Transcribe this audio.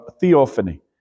theophany